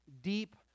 deep